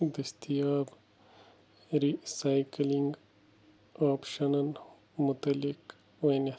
دستیاب رِسایکٔلِنگ آپشَنَن مُتعلق ؤنِتھ